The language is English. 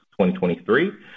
2023